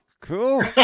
cool